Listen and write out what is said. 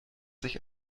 sich